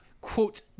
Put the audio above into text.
Quote